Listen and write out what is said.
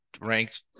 ranked